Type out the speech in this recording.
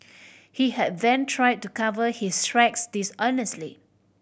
he had then try to cover his tracks dishonestly